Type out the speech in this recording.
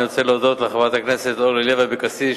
אני רוצה להודות לחברת הכנסת אורלי לוי אבקסיס.